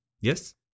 Yes